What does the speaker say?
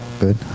Good